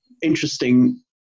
interesting